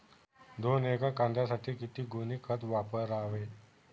दोन एकर कांद्यासाठी किती गोणी खत वापरावे?